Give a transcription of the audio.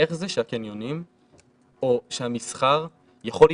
איך זה שהקניונים, או שהמסחר יכול להיפתח,